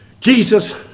Jesus